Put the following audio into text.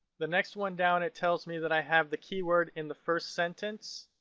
the next one down it tells me that i have the keyword in the first sentence.